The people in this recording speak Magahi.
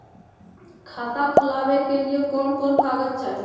खाता खोलाबे के लिए कौन कौन कागज चाही?